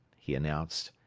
he announced.